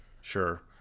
Sure